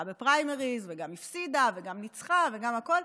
בפריימריז וגם הפסידה וגם ניצחה וגם הכול,